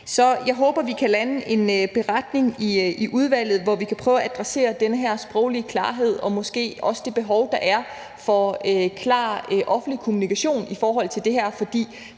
Så jeg håber, vi kan lande en beretning i udvalget, hvor vi kan prøve at adressere den her sproglige klarhed og måske også det behov, der er for klar offentlig kommunikation i forhold til det her. For